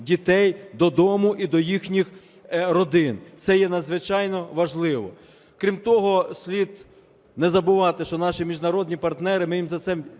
дітей додому і до їхніх родин. Це є надзвичайно важливо. Крім того, слід не забувати, що наші міжнародні партнери, ми їм за це